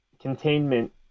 containment